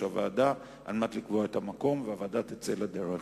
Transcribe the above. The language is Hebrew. הוועדה על מנת לקבוע את המקום והוועדה תצא לדרך.